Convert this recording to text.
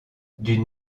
d’une